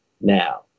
now